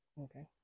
Okay